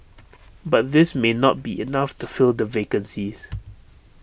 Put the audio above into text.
but this may not be enough to fill the vacancies